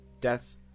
death